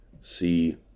see